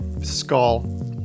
skull